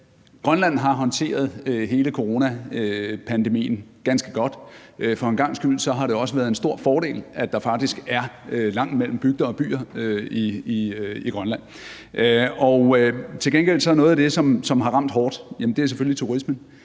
Grønland har håndteret hele coronapandemien ganske godt. For en gangs skyld har det også været en stor fordel, at der faktisk er langt mellem bygder og byer i Grønland. Til gengæld er noget af det, som er ramt hårdt, selvfølgelig turismen,